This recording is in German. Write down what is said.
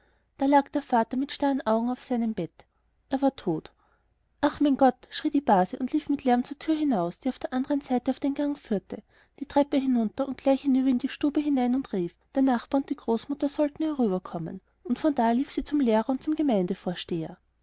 da lag der vater mit starren augen auf seinem bett er war tot ach du mein gott schrie die base und lief mit lärm zur tür hinaus die auf der anderen seite auf den gang führte die treppe hinunter und gleich hinüber in die stube hinein und rief der nachbar und die großmutter sollten herüberkommen und von da lief sie zum lehrer und zum